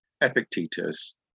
Epictetus